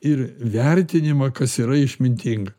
ir vertinimą kas yra išmintinga